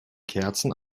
kerzen